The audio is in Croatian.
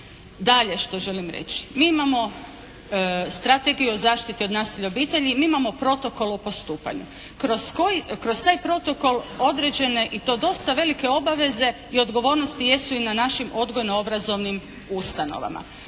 Dalje što želim reći. Mi imamo Strategiju o zaštiti od nasilja u obitelji. Mi imamo protokol o postupanju. Kroz taj protokol određene i to dosta velike obaveze i odgovornosti jesu i na našim odgojno-obrazovnim ustanovama.